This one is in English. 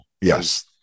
Yes